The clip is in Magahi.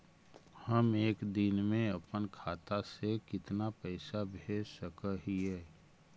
हम एक दिन में अपन खाता से कितना पैसा भेज सक हिय?